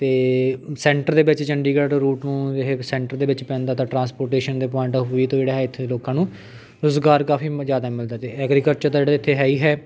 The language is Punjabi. ਅਤੇ ਸੈਂਟਰ ਦੇ ਵਿੱਚ ਚੰਡੀਗੜ੍ਹ ਰੂਟ ਨੂੰ ਇਹ ਸੈਂਟਰ ਦੇ ਵਿੱਚ ਪੈਂਦਾ ਤਾਂ ਟਰਾਂਸਪੋਰਟੇਸ਼ਨ ਦੇ ਪੁਆਇੰਟ ਔਫ ਵਿਊ ਤੋਂ ਜਿਹੜਾ ਹੈ ਇੱਥੇ ਲੋਕਾਂ ਨੂੰ ਰੁਜ਼ਗਾਰ ਕਾਫੀ ਜ਼ਿਆਦਾ ਮਿਲਦਾ ਅਤੇ ਐਗਰੀਕਲਚਰ ਦਾ ਜਿਹੜਾ ਇੱਥੇ ਹੈ ਹੀ ਹੈ